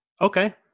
Okay